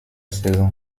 saison